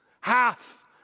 Half